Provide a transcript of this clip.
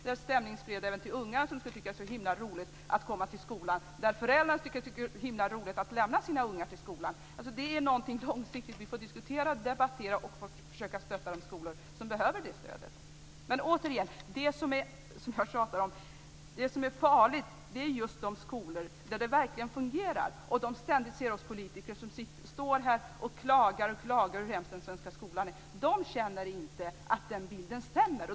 Denna stämning skulle spridas även till ungarna, som skulle tycka att det var så himla roligt att komma till skolan, och till föräldrarna, som skulle tycka att det var himla roligt att lämna sina ungar till skolan. Detta är alltså något långsiktigt, som vi får diskutera och debattera. Vi måste också försöka stötta de skolor som behöver stöd. Jag tjatar återigen om detta - det som är farligt är just de skolor där det verkligen fungerar. Där ser man ständigt oss politiker stå här och klaga och klaga över hur hemsk den svenska skolan är. På de skolorna känner man inte att den bilden stämmer.